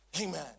Amen